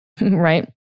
right